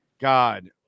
God